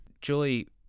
Julie